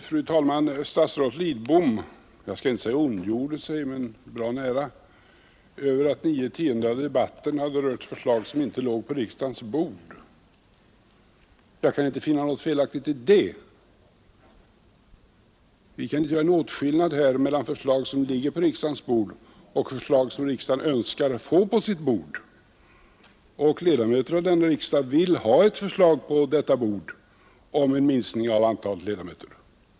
Fru talman! Jag skall inte säga att statsrådet Lidbom ondgjorde sig — men det var bra nära — över att nio tiondelar av debatten hade rört förslag som inte låg på riksdagens bord. Jag kan inte finna något felaktigt i det. Vi kan inte göra någon åtskillnad mellan förslag som ligger på riksdagens bord och förslag som riksdagen önskar få på sitt bord, och ledamöter av denna riksdag vill ha ett förslag på detta bord om en minskning av antalet ledamöter!